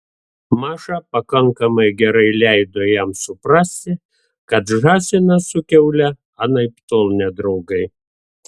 maša pakankamai gerai leido jam suprasti kad žąsinas su kiaule anaiptol ne draugai